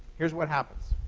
here's what happens.